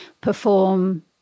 perform